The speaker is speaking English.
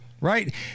right